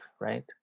right